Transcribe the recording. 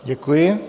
Děkuji.